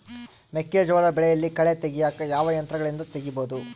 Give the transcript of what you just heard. ಮೆಕ್ಕೆಜೋಳ ಬೆಳೆಯಲ್ಲಿ ಕಳೆ ತೆಗಿಯಾಕ ಯಾವ ಯಂತ್ರಗಳಿಂದ ತೆಗಿಬಹುದು?